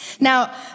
Now